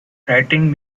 writing